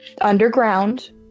Underground